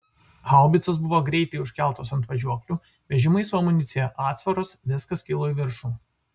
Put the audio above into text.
haubicos buvo greitai užkeltos ant važiuoklių vežimai su amunicija atsvaros viskas kilo į viršų